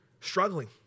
struggling